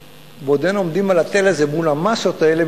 ובעודנו עומדים על התל הזה מול המאסות האלה,